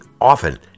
often